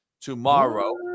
tomorrow